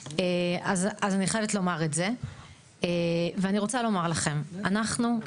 ואני רוצה לומר לכם, אנחנו,